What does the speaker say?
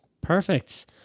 Perfect